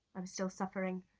i'm still suffering.